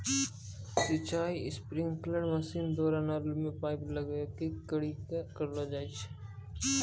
सिंचाई sprinkler machine द्वारा नल मे पाइप लगाय करि क करलो जाय छै